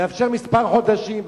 לאפשר כמה חודשים.